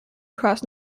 across